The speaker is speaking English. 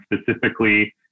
specifically